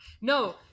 No